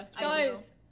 Guys